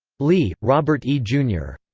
lee, robert e. jr.